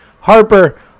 Harper